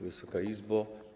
Wysoka Izbo!